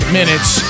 minutes